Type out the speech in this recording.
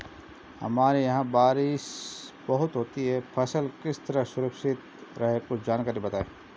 हमारे यहाँ बारिश बहुत होती है फसल किस तरह सुरक्षित रहे कुछ जानकारी बताएं?